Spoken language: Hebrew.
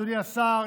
אדוני השר,